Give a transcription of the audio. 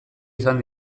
izan